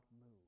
move